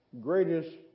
greatest